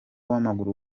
w’amaguru